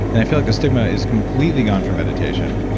and i feel like the stigma is completely gone from meditation,